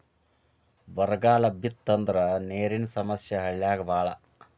ಬರಗಾಲ ಬಿತ್ತಂದ್ರ ನೇರಿನ ಸಮಸ್ಯೆ ಹಳ್ಳ್ಯಾಗ ಬಾಳ